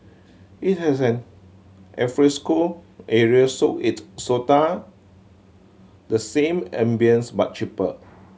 it has an alfresco area so it sorta the same ambience but cheaper